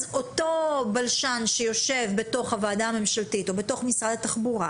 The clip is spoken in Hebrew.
אז אותו בלשן שיושב בוועדה הממשלתית או בתוך משרד התחבורה